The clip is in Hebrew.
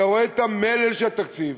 אתה רואה את המלל של התקציב,